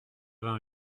vingt